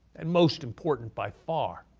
and most important by far